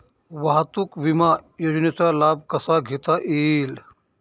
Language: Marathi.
वाहतूक विमा योजनेचा लाभ कसा घेता येईल?